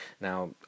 Now